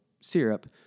syrup